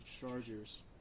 Chargers